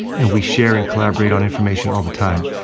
and we share and collaborate on information all the time.